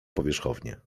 powierzchownie